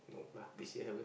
no lah this year haven't